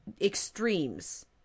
extremes